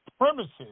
premises